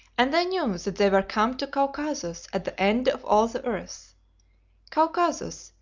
and they knew that they were come to caucasus at the end of all the earth caucasus,